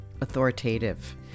authoritative